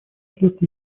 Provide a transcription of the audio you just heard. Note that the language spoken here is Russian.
ждет